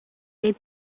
les